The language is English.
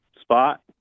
spot